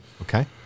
Okay